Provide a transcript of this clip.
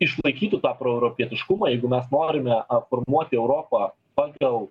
išlaikytų tą proeuropietiškumą jeigu mes norime formuoti europą pagal